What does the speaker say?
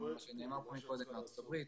מארצות הברית.